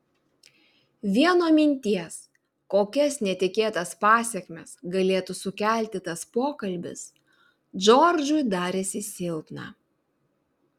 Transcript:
vien nuo minties kokias netikėtas pasekmes galėtų sukelti tas pokalbis džordžui darėsi silpna